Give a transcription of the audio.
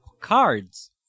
cards